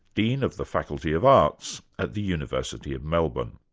dean of the faculty of arts at the university of melbourne.